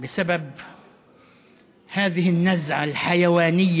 עמיתיי חברי הכנסת,